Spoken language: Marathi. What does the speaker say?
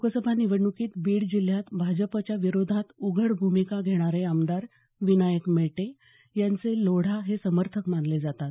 लोकसभा निवडणुकीत बीड जिल्ह्यात भाजपच्या विरोधात उघड भूमिका घेणारे आमदार विनायक मेटे यांचे लोढा हे समर्थक मानले जातात